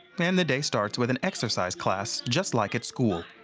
and the day starts with an exercise class just like at school.